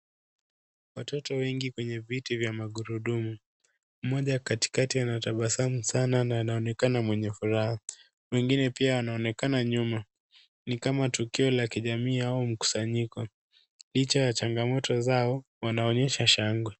Watoto wengi kwenye viti vya magurudumu. Mmoja katikati anatabasamu sana na anaonekana mwenye furaha. Mwingine pia anaonekana nyuma. Ni kama tukio la kijamii au mkusanyiko. Licha ya changamoto zao wanaonyesha shangwe.